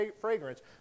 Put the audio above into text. fragrance